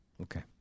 Okay